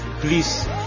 please